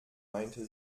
meinte